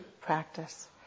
practice